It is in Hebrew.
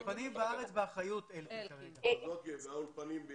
אלקין כנראה מטפל באולפנים.